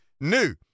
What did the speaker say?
new